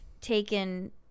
taken